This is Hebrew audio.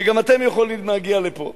שגם אתם יכולים להגיע לפה.